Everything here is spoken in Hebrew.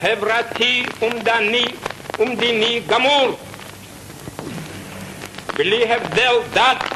חברתי ומדיני גמור לכל אזרחיה, בלי הבדל דת,